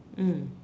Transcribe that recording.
mm